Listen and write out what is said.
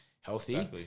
healthy